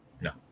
No